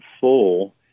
Full